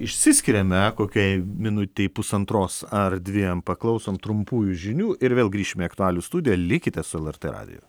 išsiskiriame kokiai minutei pusantros ar dviem paklausom trumpųjų žinių ir vėl grįšime į aktualius studiją likite su lrt radiju